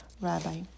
rabbi